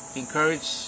encourage